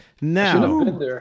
Now